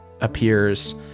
appears